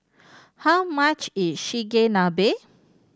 how much is Chigenabe